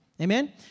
Amen